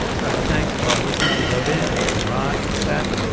special thanks to all the listeners who wrote in, including rod and seth.